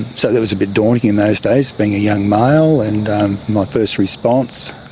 so that was a bit daunting in those days, being a young male, and my first response.